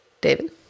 David